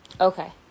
Okay